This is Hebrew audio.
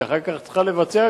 שהיא אחר כך צריכה גם לבצע.